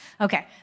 Okay